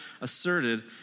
asserted